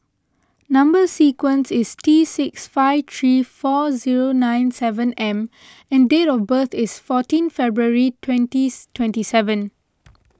Number Sequence is T six five three four zero nine seven M and date of birth is fourteenth February twenties twenty seven